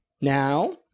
Now